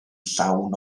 llawn